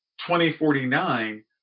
2049